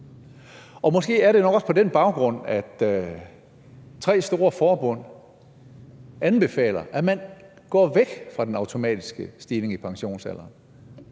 Måske er det også på den baggrund, at tre store forbund anbefaler, at man går væk fra den automatiske stigning i pensionsalderen.